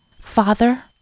father